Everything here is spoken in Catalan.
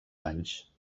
anys